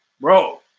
bro